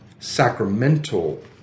sacramental